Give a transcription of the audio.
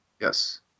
Yes